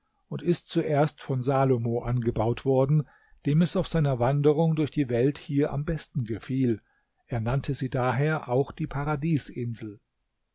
und ist zuerst von salomo angebaut worden dem es auf seiner wanderung durch die welt hier am besten gefiel er nannte sie daher auch die